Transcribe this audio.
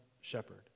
shepherd